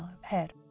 head